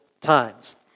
times